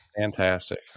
Fantastic